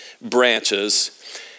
branches